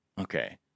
Okay